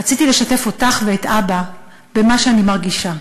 רציתי לשתף אותך ואת אבא במה שאני מרגישה.